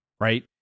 Right